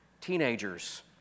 teenagers